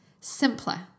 simpler